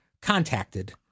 contacted